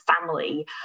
family